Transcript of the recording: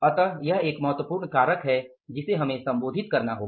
इसलिए यह एक महत्वपूर्ण कारक है जिसे हमें संबोधित करना होगा